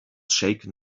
shaken